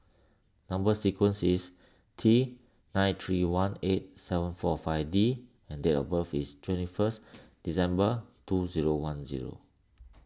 Number Sequence is T nine three one eight seven four five D and date of birth is twenty first December two zero one zero